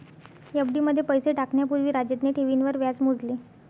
FD मध्ये पैसे टाकण्या पूर्वी राजतने ठेवींवर व्याज मोजले